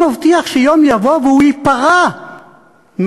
הוא מבטיח שיום יבוא והוא ייפרע מההתנחלויות